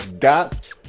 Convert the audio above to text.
got